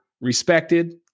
respected